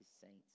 saints